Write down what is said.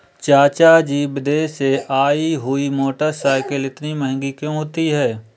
चाचा जी विदेश से आई हुई मोटरसाइकिल इतनी महंगी क्यों होती है?